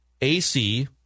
AC